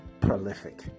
prolific